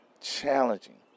challenging